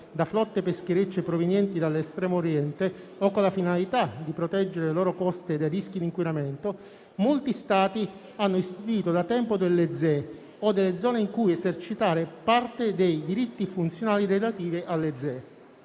da flotte pescherecce provenienti dall'estremo Oriente o con la finalità di proteggere le coste dai rischi di inquinamento, molti Stati hanno istituito da tempo delle ZEE o delle zone in cui esercitare parte dei diritti funzionali relativi alle ZEE.